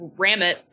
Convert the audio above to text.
Ramit